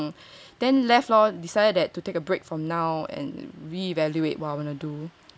then left loh decided to take a break from now and reevaluate what I wanna do 想一想